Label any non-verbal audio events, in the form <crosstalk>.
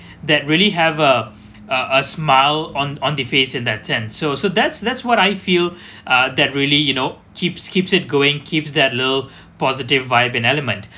that really have uh a a smile on the face in that sense so so that's that's what I feel <breath> uh that really you know keeps keeps it going keeps that love positive vibe and element